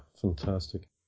fantastic